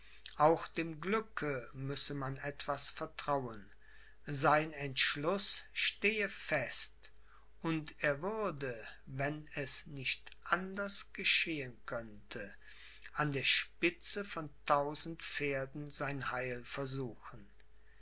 auch dem glücke müsse man etwas vertrauen sein entschluß stehe fest und er würde wenn es nicht anders geschehen könnte an der spitze von tausend pferden sein heil versuchen